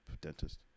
Dentist